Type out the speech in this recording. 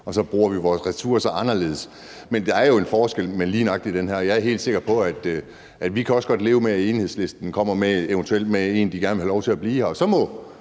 og så bruger vi vores ressourcer anderledes. Men der er jo en forskel med lige nøjagtig det her. Jeg er helt sikker på, at vi også godt kan leve med, at Enhedslisten eventuelt kommer med en, de gerne vil have lov til at beholde her, og så må